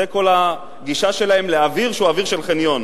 זה כל הגישה שלהם לאוויר, שהוא אוויר של חניון.